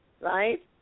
Right